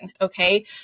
Okay